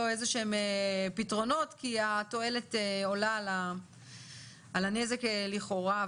איזשהם פתרונות כי התועלת עולה על הנזק לכאורה.